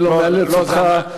אני לא מאלץ אותך.